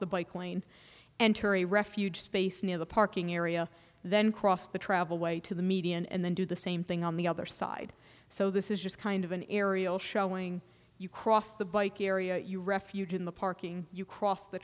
the bike lane and terry refuge space near the parking area then cross the travel way to the median and then do the same thing on the other side so this is just kind of an aerial showing you cross the bike area you refuge in the parking you cross the